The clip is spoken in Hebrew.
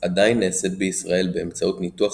עדיין נעשית בישראל באמצעות ניתוח